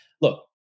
Look